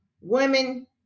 women